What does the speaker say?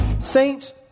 Saints